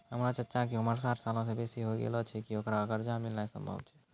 हमरो चच्चा के उमर साठ सालो से बेसी होय गेलो छै, कि ओकरा कर्जा मिलनाय सम्भव छै?